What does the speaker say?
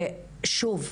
ושוב,